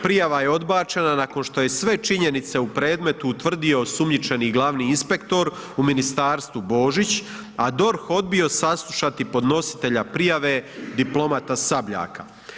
Prijava je odbačena nakon što je sve činjenice u predmetu utvrdio osumnjičeni glavni inspektor u ministarstvu Božić, a DORH odbio saslušati podnositelja prijave diplomata Sabljaka.